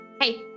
Hey